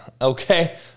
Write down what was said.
okay